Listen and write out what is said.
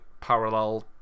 parallel